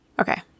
Okay